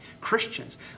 Christians